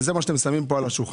וזה מה שאתם שמים פה על השולחן,